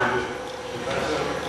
היא צריכה לממן שכר דירה.